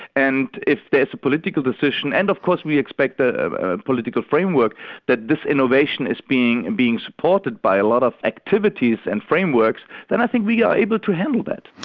and if there's a political decision and of course we expect a a political framework that this innovation is being and being supported by a lot of activities and frameworks then i think we are able to handle that.